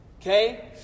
okay